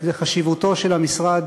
זה חשיבותו של המשרד